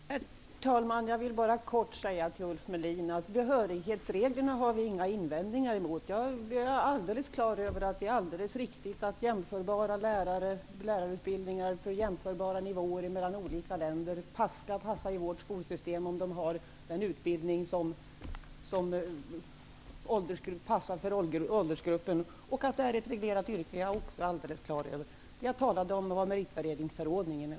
Herr talman! Jag vill bara kortfattat säga till Ulf Melin att vi inte har några invändningar mot behörighetsreglerna. Jag är helt på det klara med att det är alldeles riktigt att jämförbara lärarutbildningar för jämförbara nivåer mellan olika länder skall passa i vårt skolsystem om lärarna har den utbildning som passar för åldersgruppen. Jag är också helt på det klara med att det är ett reglerat yrke. Det som jag talade om var meritvärderingsförordningen.